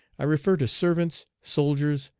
i refer to servants, soldiers,